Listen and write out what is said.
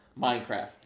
Minecraft